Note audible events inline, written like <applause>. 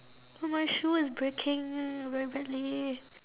my shoe is breaking <noise> very badly